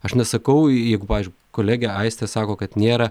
aš nesakau jeigu pavyzdžiui kolegė aistė sako kad nėra